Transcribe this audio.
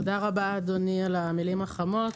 תודה רבה, אדוני, על המילים החמות.